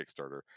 Kickstarter